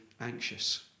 anxious